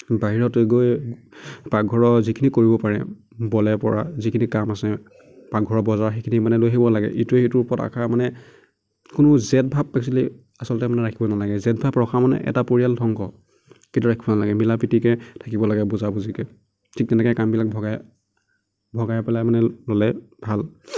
বাহিৰত গৈ পাকঘৰৰ যিখিনি কৰিব পাৰে বলে পৰা যিখিনি কাম আছে পাকঘৰৰ বজাৰ সেইখিনি মানে লৈ আহিব লাগে ইটোৱে সিটোৰ ওপৰত আশা মানে কোনো জেদভাৱ একচুৱেলী আচলতে মানে ৰাখিব নালাগে জেদভাৱ ৰখা মানে এটা পৰিয়াল ধ্বংস কেতিয়াও ৰাখিব নেলাগে মিলা প্ৰীতিকৈ থাকিব লাগে বুজা বজিকৈ ঠিক তেনেকৈ কামবিলাক ভগাই ভগাই পেলাই মানে ল'লে ভাল